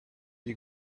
you